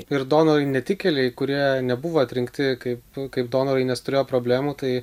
ir donorai netikėliai kurie nebuvo atrinkti kaip kaip kaip donorai nes turėjo problemų tai